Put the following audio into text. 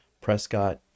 Prescott